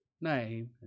name